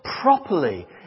properly